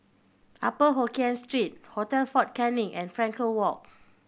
Upper Hokkien Street Hotel Fort Canning and Frankel Walk